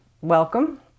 welcome